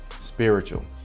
spiritual